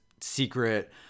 secret